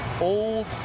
old